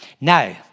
Now